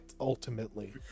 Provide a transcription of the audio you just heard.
ultimately